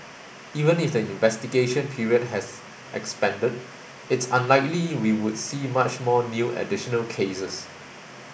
even if the investigation period has expanded it's unlikely we would see much more new additional cases